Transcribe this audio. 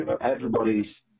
Everybody's